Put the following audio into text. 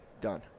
done